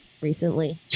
Recently